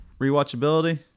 Rewatchability